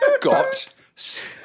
got